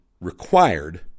required